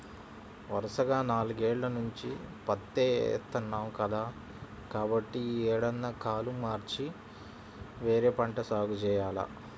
వరసగా నాలుగేల్ల నుంచి పత్తే ఏత్తన్నాం కదా, కాబట్టి యీ ఏడన్నా కాలు మార్చి వేరే పంట సాగు జెయ్యాల